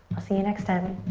i'll see you next time.